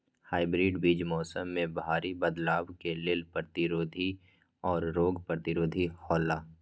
hybrid बीज मौसम में भारी बदलाव के लेल प्रतिरोधी और रोग प्रतिरोधी हौला